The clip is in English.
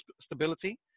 stability